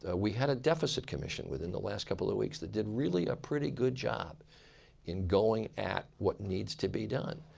ah we had a deficit commission within the last couple of weeks that did really a pretty good job in going at what needs to be done.